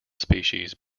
species